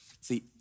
see